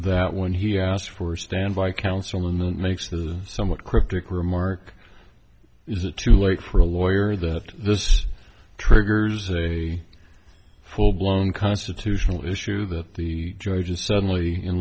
that when he asked for standby counsel him and makes his somewhat cryptic remark is it too late for a lawyer that this triggers a full blown constitutional issue that the judge just suddenly in